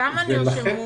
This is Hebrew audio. כמה נרשמו